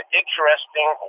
interesting